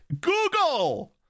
Google